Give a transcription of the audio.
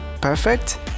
perfect